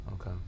Okay